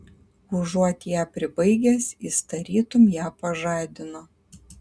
užuot ją pribaigęs jis tarytum ją pažadino